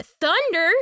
Thunder